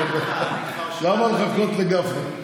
למה לחכות לגפני?